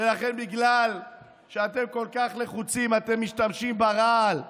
ולכן, בגלל שאתם כל כך לחוצים, אתם משתמשים ברעל,